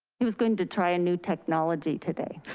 he was going to try a new technology today.